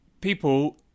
people